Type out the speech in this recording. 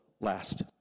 last